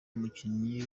umukinnyi